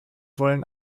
wollen